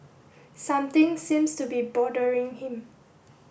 something seems to be bothering him